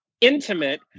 intimate